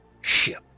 ship